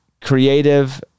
creative